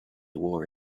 wore